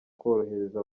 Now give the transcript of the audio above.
kohereza